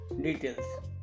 details